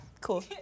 Cool